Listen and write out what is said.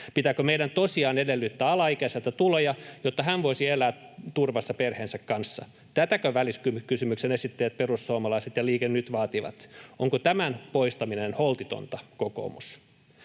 Pitääkö meidän tosiaan edellyttää alaikäiseltä tuloja, jotta hän voisi elää turvassa perheensä kanssa? Tätäkö välikysymyksen esittäjät, perussuomalaiset ja Liike Nyt, vaativat? Onko tämän poistaminen holtitonta, kokoomus?